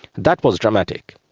that was dramatic.